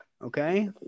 Okay